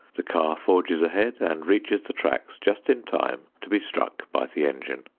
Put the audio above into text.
the car forges ahead and reaches the tracks just in time to be struck by the engine.